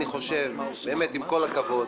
באמת עם כל הכבוד,